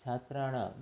छात्राणां